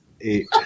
eight